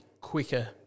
quicker